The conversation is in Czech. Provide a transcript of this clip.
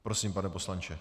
Prosím, pane poslanče.